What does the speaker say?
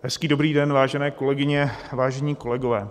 Hezký dobrý den, vážené kolegyně, vážení kolegové.